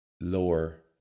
lower